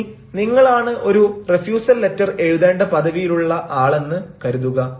ഇനി നിങ്ങളാണ് ഒരു റിഫ്യുസൽ ലെറ്റർ എഴുതേണ്ട പദവിയിലുള്ള ആളെന്ന് കരുതുക